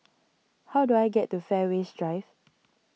how do I get to Fairways Drive